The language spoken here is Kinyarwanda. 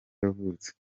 yavutse